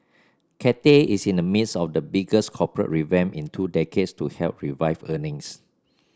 Cathay is in the midst of the biggest corporate revamp in two decades to help revive earnings